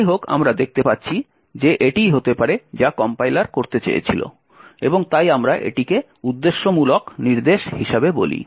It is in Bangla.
যাইহোক আমরা দেখতে পাচ্ছি যে এটিই হতে পারে যা কম্পাইলার করতে চেয়েছিল এবং তাই আমরা এটিকে উদ্দেশ্যমূলক নির্দেশ হিসাবে বলি